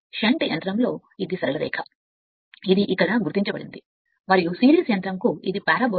shunt యంత్రం కోసం ఇది సరళ రేఖ ఇది ఇక్కడ గుర్తించబడింది మరియు సిరీస్ యంత్రంకు ఇది పారాబోలా